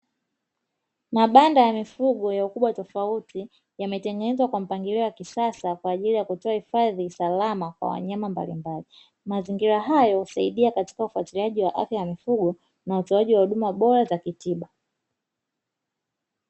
Mabanda ya mifugo ya ukubwa tofauti yametengenezwa kwa mpangilio wa kisasa kwajili ya kutoa hifadhi salama kwa wanyama mbalimbali, mazingira hayo husaidia katika ufatiliaji wa afya ya mifugo na utoaji wa huduma bora za kitiba.